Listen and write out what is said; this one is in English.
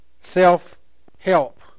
self-help